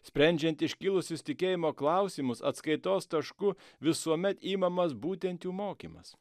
sprendžiant iškilusius tikėjimo klausimus atskaitos tašku visuomet imamas būtent jų mokymas